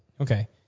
Okay